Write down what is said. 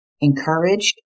encouraged